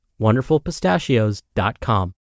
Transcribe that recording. WonderfulPistachios.com